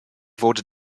wurde